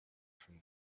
from